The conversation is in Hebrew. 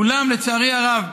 אולם, לצערי הרב,